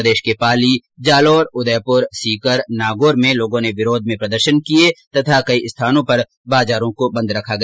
प्रदेश के पाली जालौर उदयपूर सीकर नागौर में लोगों ने विरोध में प्रदर्शन किये तथा कई स्थानों पर बाजारों को बंद रखा गया